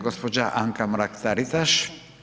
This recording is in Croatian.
Gospođa Anka Mrak Taritaš.